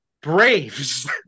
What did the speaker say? Braves